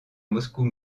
moscou